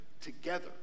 together